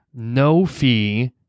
no-fee